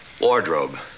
wardrobe